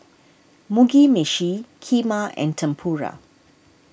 Mugi Meshi Kheema and Tempura